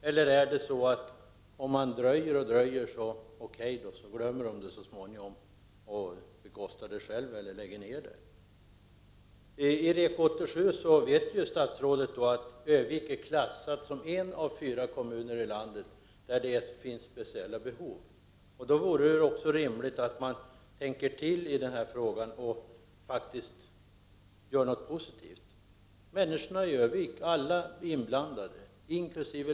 Eller räknar ni med att man glömmer det så småningom, lägger ner det eller bekostar det själv om ni dröjer? Statsrådet vet att Örnsköldsvik är klassad som en av fyra kommuner i landet där det finns speciella behov, och det är då rimligt att det görs något positivt. Människorna i Örnsköldsvik, alla inblandade, inkl.